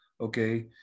okay